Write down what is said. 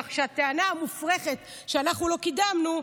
כך שהטענה המופרכת שאנחנו לא קידמנו,